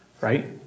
Right